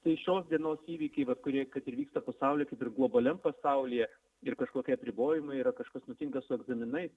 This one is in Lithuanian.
tai šios dienos įvykiai kurie kad ir vyksta pasauly kaip ir globaliam pasaulyje ir kažkokie apribojimai yra kažkas nutinka su egzaminai